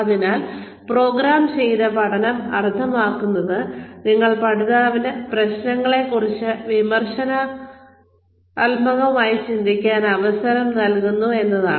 അതിനാൽ പ്രോഗ്രാം ചെയ്ത പഠനം അർത്ഥമാക്കുന്നത് നിങ്ങൾ പഠിതാവിന് പ്രശ്നത്തെക്കുറിച്ച് വിമർശനാത്മകമായി ചിന്തിക്കാൻ അവസരം നൽകുന്നു എന്നാണ്